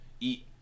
eat